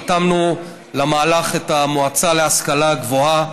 רתמנו למהלך את המועצה להשכלה גבוהה,